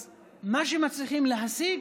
אז מה שמצליחים להשיג,